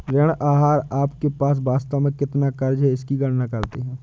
ऋण आहार आपके पास वास्तव में कितना क़र्ज़ है इसकी गणना करते है